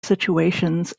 situations